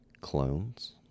clones